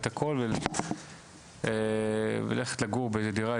את הכול וללכת לגור באיזה דירה,